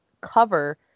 cover